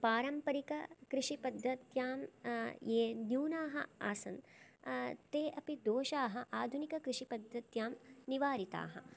पारम्परिककृषिपद्धत्यां ये न्यूनाः आसन् ते अपि दोषाः आधुनिककृषिपद्धत्यां निवारिताः